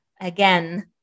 again